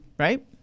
Right